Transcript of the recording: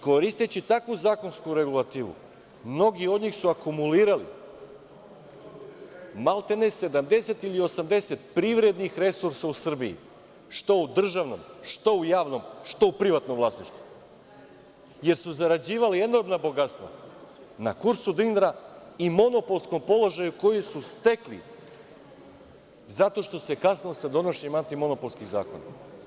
Koristeći takvu zakonsku regulativu, mnogi od njih su akumulirali maltene 70 ili 80 privrednih resursa u Srbiji, što u državnom, što u javnom, što u privatnom vlasništvu, jer su zarađivali enormna bogatstva na kursu dinara i monopolskom položaju koji su stekli zato što se kasnilo sa donošenjem antimonopolskih zakona.